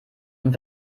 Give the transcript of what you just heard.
und